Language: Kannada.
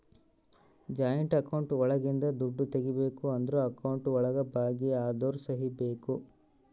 ಜಾಯಿಂಟ್ ಅಕೌಂಟ್ ಒಳಗಿಂದ ದುಡ್ಡು ತಗೋಬೇಕು ಅಂದ್ರು ಅಕೌಂಟ್ ಒಳಗ ಭಾಗಿ ಅದೋರ್ ಸಹಿ ಬೇಕು